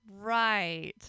Right